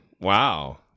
Wow